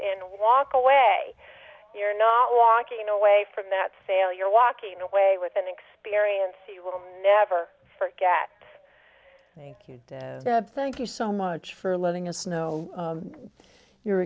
and walk away you're not walking away from that sale you're walking away with an experience you will never forget thank you thank you so much for letting us know your